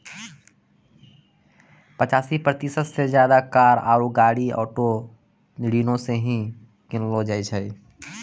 पचासी प्रतिशत से ज्यादे कार आरु गाड़ी ऑटो ऋणो से ही किनलो जाय छै